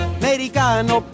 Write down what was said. americano